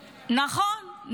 נכון,